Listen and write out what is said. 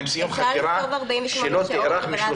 אפשר לכתוב 48 שעות.